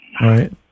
Right